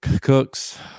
cooks